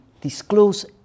disclose